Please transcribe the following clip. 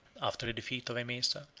after the defeat of emesa,